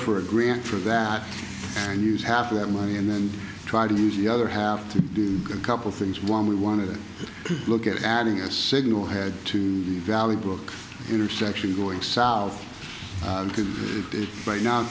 for a grant for that and use half of that money and then try to use the other have to do a good couple things one we want to look at adding a signal had to be valid book intersection going south because it is right now